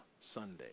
Sunday